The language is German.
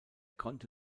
konnte